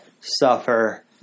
suffer